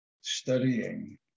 studying